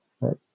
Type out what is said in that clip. right